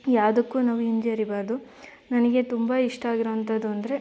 ಯಾವುದಕ್ಕು ನಾವು ಹಿಂಜರಿಬಾರ್ದು ನನಗೆ ತುಂಬ ಇಷ್ಟ ಆಗಿರುವಂಥದ್ದು ಅಂದರೆ